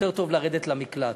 יותר טוב לרדת למקלט.